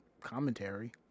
commentary